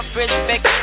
respect